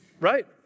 Right